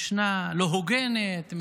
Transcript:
משנה לא הוגנת,